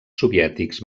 soviètics